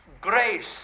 grace